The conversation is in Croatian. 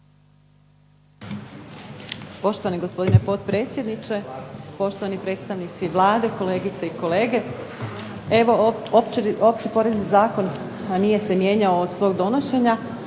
Poštovani gospodine potpredsjedniče, poštovani predstavnici Vlade, kolegice i kolege. Evo, opći porezni zakon nije se mijenjao od svog donošenja